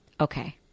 Okay